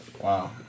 Wow